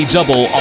Double